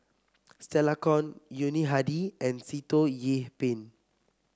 Stella Kon Yuni Hadi and Sitoh Yih Pin